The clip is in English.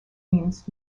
means